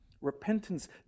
Repentance